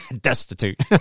destitute